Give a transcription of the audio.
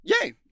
yay